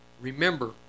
remember